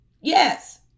Yes